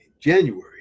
January